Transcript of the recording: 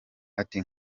ati